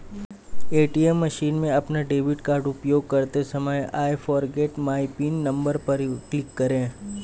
ATM machine में अपना debit card उपयोग करते समय I forget my pin number पर क्लिक करें